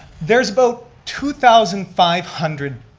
there's about two thousand five hundred,